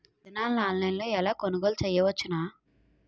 విత్తనాలను ఆన్లైన్లో ఎలా కొనుగోలు చేయవచ్చున?